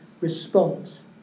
response